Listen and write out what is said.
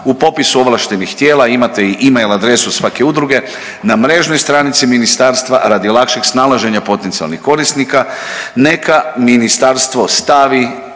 u popisu ovlaštenih tijela, imate email adresu svake udruge na mrežnoj stranici ministarstva radi lakšeg snalaženja potencijalnih korisnika, neka ministarstvo stavi